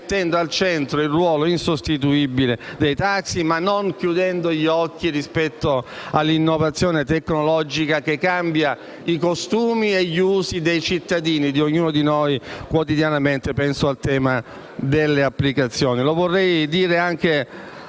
mettendo al centro il ruolo insostituibile dei taxi, ma non chiudendo gli occhi rispetto all'innovazione tecnologica, che cambia i costumi e gli usi dei cittadini e di ognuno di noi quotidianamente. Penso al tema delle applicazioni.